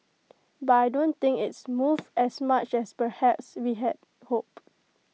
but I don't think it's moved as much as perhaps we had hoped